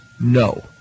no